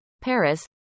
Paris